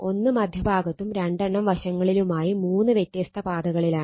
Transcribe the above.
ഒന്ന് മധ്യ ഭാഗത്തും രണ്ടെണ്ണം വശങ്ങളിലുമായി മൂന്ന് വ്യത്യസ്ത പാതകളിലാണ്